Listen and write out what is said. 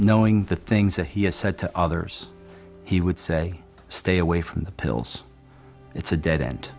knowing the things that he has said to others he would say stay away from the pills it's a dead end